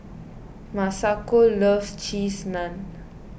Masako loves Cheese Naan